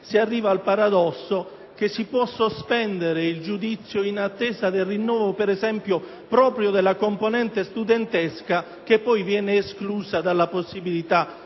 si arriva al paradosso di poter sospendere il giudizio in attesa del rinnovo, per esempio, proprio della componente studentesca che poi viene esclusa dalla possibilità